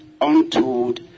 untold